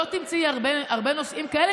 לא תמצאי הרבה נושאים כאלה,